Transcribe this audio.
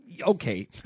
okay